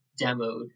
demoed